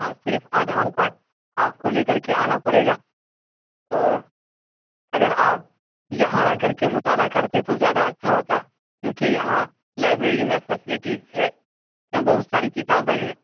اور صرف آدھار کارڈ آپ کو لے کرکے آنا پڑے گا اور اگر آپ یہاں رہ کرکے مطالعہ کرتے تو زیادہ اچھا ہوتا کیوںکہ یہاں لائیبریری میں فیسیلیٹیز ہے یہاں بہت ساری کتابیں ہیں